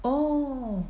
orh